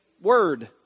word